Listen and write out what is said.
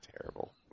terrible